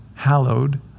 hallowed